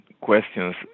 questions